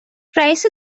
رئیس